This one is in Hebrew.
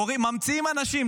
קוראים, ממציאים אנשים.